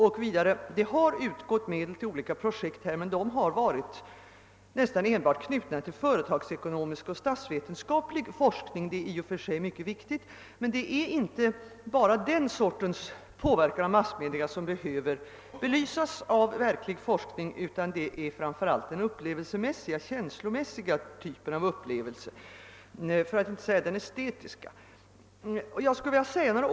Den andra är att det har utgått medel till olika projekt, men de har nästan enbart varit knutna till före tagsekonomisk och statsvetenskaplig forskning, som i och för sig är mycket viktiga forskningsområden, men det är inte bara den sortens påverkan av massmedia som behöver belysas, utan framför allt är det den upplevelsemässiga och känslomässiga — för att inte säga den estetiska — typen av upplevelser som behöver belysas.